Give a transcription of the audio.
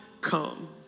come